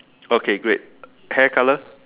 okay great hair colour